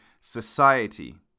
society